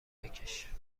بکش